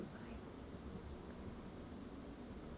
!wah! show me leh I also want to buy